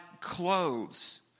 clothes